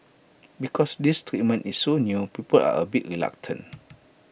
because this treatment is so new people are A bit reluctant